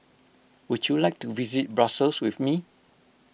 would you like to visit Brussels with me